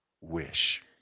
wish